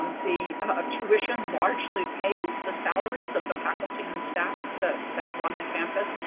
um the ah tuition largely pays the salaries of the faculty and staff that that run the campus,